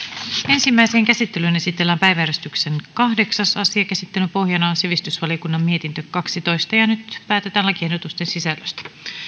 ensimmäiseen käsittelyyn esitellään päiväjärjestyksen kahdeksas asia käsittelyn pohjana on sivistysvaliokunnan mietintö kaksitoista nyt päätetään lakiehdotusten sisällöstä